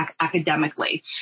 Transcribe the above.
academically